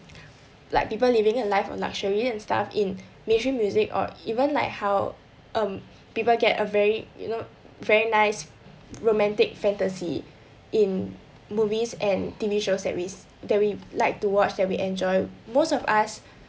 like people living in life on luxury and staff in mainstream music or even like how um people get a very you know very nice romantic fantasy in movies and T_V shows series that we like to watch that we enjoy most of us